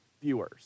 viewers